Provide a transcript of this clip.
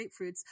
grapefruits